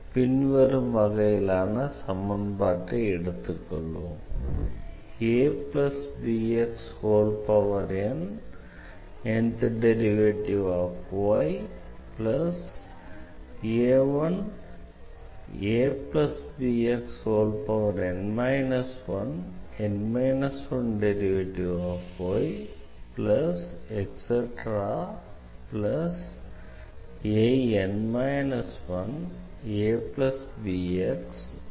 பின்வரும் வகையிலான சமன்பாட்டை எடுத்துக்கொள்வோம்